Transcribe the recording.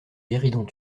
guéridon